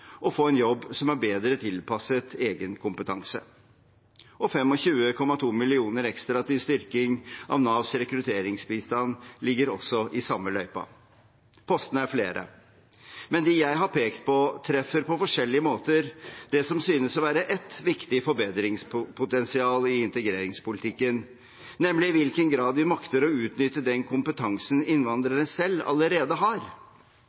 og få en jobb som er bedre tilpasset egen kompetanse. 25,2 mill. kr ekstra til styrking av Navs rekrutteringsbistand ligger også i samme løypa. Postene er flere, men de jeg har pekt på, treffer på forskjellige måter det som synes å være et viktig forbedringspotensial i integreringspolitikken, nemlig i hvilken grad vi makter å utnytte den kompetansen innvandrerne selv allerede har.